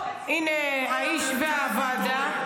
הו, הינה האיש והוועדה.